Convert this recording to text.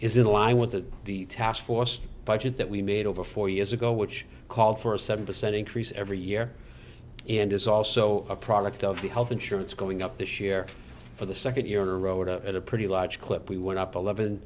is in line went to the task force budget that we made over four years ago which called for a seven percent increase every year and is also a product of the health insurance going up this year for the second year in a row it up at a pretty large clip we went up eleven